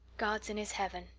god's in his heaven,